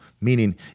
Meaning